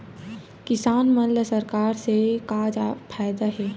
किसान मन ला सरकार से का फ़ायदा हे?